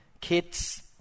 kids